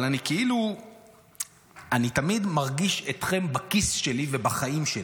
אבל אני כאילו תמיד מרגיש אתכם בכיס שלי ובחיים שלי.